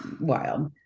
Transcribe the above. wild